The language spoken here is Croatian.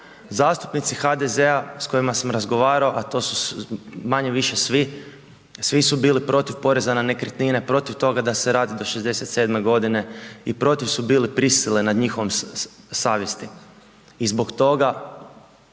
Zastupnici HDZ-a s kojima sam razgovarao, a to su manje-više svi, svi su bili protiv poreza na nekretnine, protiv toga da se radi do 67. godine i protiv su bili prisile nad njihovom savjesti